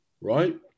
right